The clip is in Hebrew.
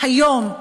היום,